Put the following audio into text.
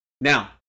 Now